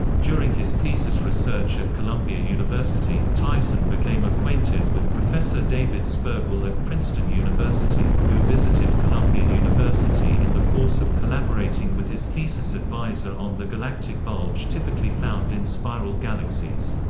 during his thesis research at columbia university, tyson became acquainted with professor david spergel at princeton university, who visited columbia university in the course of collaborating with his thesis advisor on the galactic bulge typically found in spiral galaxies.